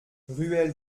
ruelle